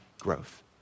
growth